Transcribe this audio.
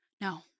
no